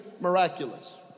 miraculous